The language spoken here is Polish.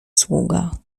sługa